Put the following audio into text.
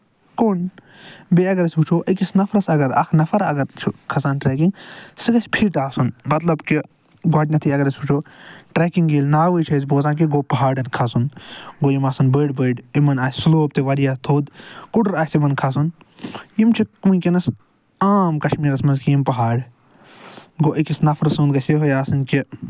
کُن بیٚیہِ اَگر أسۍ وُچھوأکِس نَفرَس اَگر اکھ نَفر اگر چھُ کھسان ٹرٮ۪کِنگ سُہ گژھِ فِٹ آسُن مطلب کہِ گۄڈٕنٮ۪تھٕے اَگر أسۍ وُچھو ٹرٮ۪کِنگ ییٚلہِ ناوٕ چھِ أسۍ بوزان گوٚو پَہاڑَن کھسُن گوٚو یِم آسَن بٔڑۍ بٔڑۍ یِمن آسہِ سٔلوپ تہِ واریاہ تھوٚس کُڈُر آسہِ یِمَن کھسُن یِم چھِ ؤنکینَس عام کَشمیٖرَس منٛز چھِ یِم پَہاڑ گوٚو أکِس نَفرٕ سُند گژھِ یِہوے آسُن کہِ